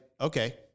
okay